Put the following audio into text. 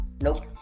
Nope